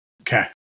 Okay